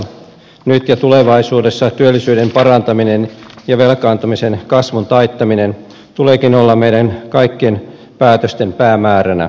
nyt ja tulevaisuudessa työllisyyden parantamisen ja velkaantumisen kasvun taittamisen tuleekin olla meidän kaikkien päätösten päämääränä